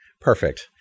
perfect